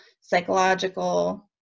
psychological